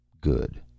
Good